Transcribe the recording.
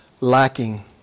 lacking